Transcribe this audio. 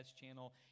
channel